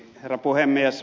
herra puhemies